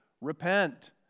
repent